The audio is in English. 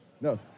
No